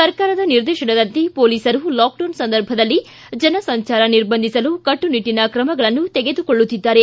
ಸರ್ಕಾರದ ನಿರ್ದೇಶನದಂತೆ ಪೊಲೀಸರು ಲಾಕ್ಡೌನ್ ಸಂದರ್ಭದಲ್ಲಿ ಜನಸಂಚಾರ ನಿರ್ಬಂಧಿಸಲು ಕಟ್ಟುನಿಟ್ಟಿನ ಕ್ರಮಗಳನ್ನು ತೆಗೆದುಕೊಳ್ಳುತ್ತಿದ್ದಾರೆ